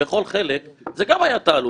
תן לו